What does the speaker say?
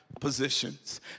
positions